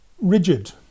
rigid